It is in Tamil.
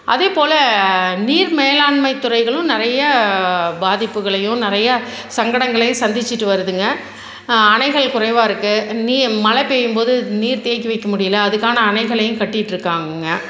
அதேப்போல் நீர் மேலாண்மை துறைகளும் நிறைய பாதிப்புகளையும் நிறைய சங்கடங்களையும் சந்திச்சுட்டு வருதுங்க அணைகள் குறைவாக இருக்குது நீ மழை பெய்யும் போது நீர் தேக்கி வைக்க முடியல அதுக்கான அணைகளையும் கட்டிட்டுருக்காங்கங்க